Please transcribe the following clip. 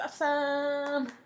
awesome